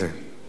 לסדר-היום.